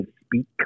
speak